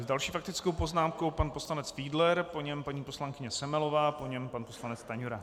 S další faktickou poznámkou pan poslanec Fiedler, po něm paní poslankyně Semelová, po ní pan poslanec Stanjura.